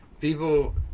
people